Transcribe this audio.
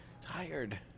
Tired